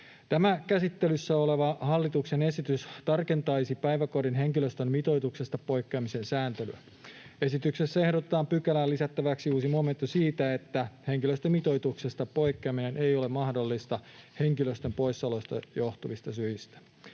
Tämä käsittelyssä oleva hallituksen esitys tarkentaisi päiväkodin henkilöstön mitoituksesta poikkeamisen sääntelyä. Esityksessä ehdotetaan pykälään lisättäväksi uusi momentti siitä, että henkilöstömitoituksesta poikkeaminen ei ole mahdollista henkilöstön poissaoloista johtuvista syistä.